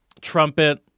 trumpet